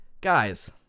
guys